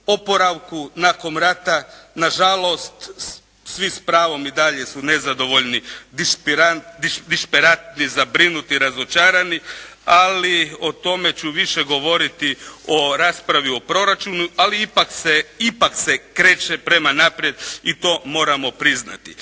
oporavku nakon rata. Na žalost svi s pravom i dalje su nezadovoljni, dišperatni, zabrinuti, razočarani. Ali o tome ću više govoriti u raspravi o proračunu. Ali ipak se kreće prema naprijed i to moramo priznati.